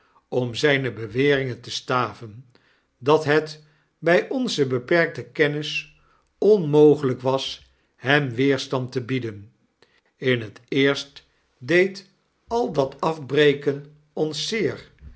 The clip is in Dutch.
om zijne beweringen te staven dat het bij onze beperkte kennis onmogelijk was hem weerstand te bieden in het eerst deed al dat afbreken ons zeer